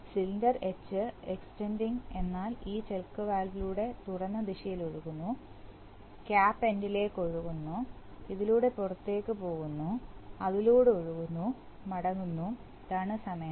cylinder H extending എന്നാൽ ഇത് ഈ ചെക്ക് വാൽവിലൂടെ തുറന്ന ദിശയിൽ ഒഴുകുന്നു ക്യാപ് എന്റിലേക്ക് ഒഴുകുന്നു ഇതിലൂടെ പുറത്തേക്ക് പോകുന്നു അതിലൂടെ ഒഴുകുന്നു മടങ്ങുന്നു ഇതാണ് സമയം